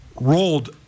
rolled